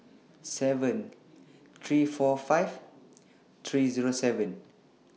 seven three four five three Zero seven